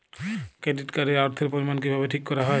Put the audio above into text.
Credit card এর অর্থের পরিমান কিভাবে ঠিক করা হয়?